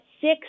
six